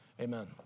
Amen